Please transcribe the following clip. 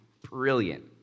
brilliant